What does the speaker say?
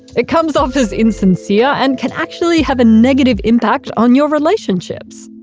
it comes off as insincere and can actually have a negative impact on your relationships.